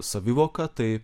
savivoką tai